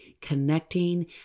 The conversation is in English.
connecting